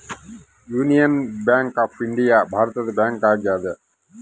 union bank of India ಭಾರತದ bank ಆಗ್ಯಾದ